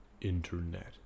Internet